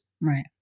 Right